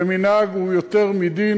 ומנהג הוא יותר מדין